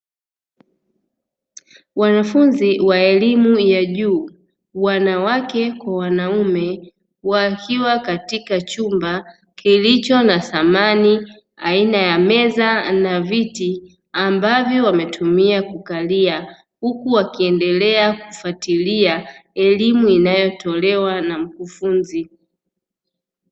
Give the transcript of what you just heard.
Wanafunzi wa elimu ya juu wanawake kwa wanaume, wakiwa katika chumba kilicho na samani aina ya meza na viti ambavyo wametumia kukalia, huku wakiendelea kufuatilia elimu inayotolewa na mkufunzi.